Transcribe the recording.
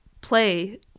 play